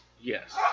Yes